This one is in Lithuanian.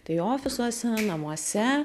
tai ofisuose namuose